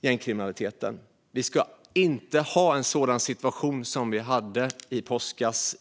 gängkriminaliteten. Vi ska i Sverige inte ha en sådan situation som vi hade i påskas.